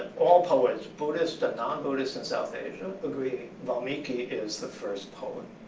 all poets, buddhist, and non-buddhist and south asian agree valmiki is the first poet.